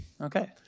Okay